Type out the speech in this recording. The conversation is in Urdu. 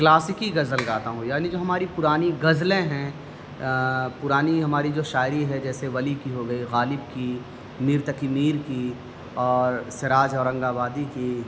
کلاسکی غزل گاتا ہوں یعنی جو ہماری پرانی غزلیں ہیں پرانی ہماری جو شاعری ہے جیسے ولی کی ہو گئی غالب کی میر تقی میر کی اور سراج اورنگ آبادی کی